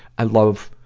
i love,